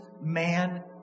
man